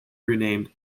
renamed